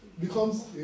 becomes